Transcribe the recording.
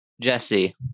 Jesse